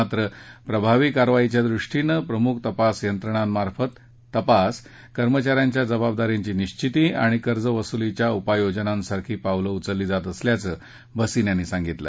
मात्र प्रभावी कारवाईच्या दृष्टीनं प्रमुख तपास यंत्रणामार्फत तपास कर्मचा यांच्या जबाबदारीची निश्विती आणि कर्जवसुलीच्या उपाय योजनांसारखी पावलं उचलली जात असल्याचं भसिन यांनी सांगितलं